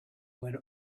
when